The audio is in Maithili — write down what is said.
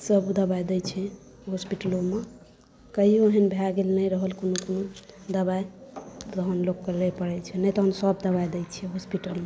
सभ दबाइ दै छै हॉस्पिटलोमे कहियो दिन भए गेल नहि रहल कोनो कोनो दबाइ तहन लोककेॅं लै परै छै नहि तऽ हम सभ दबाइ दै छियै हॉस्पिटलमे